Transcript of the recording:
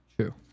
True